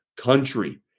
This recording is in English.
Country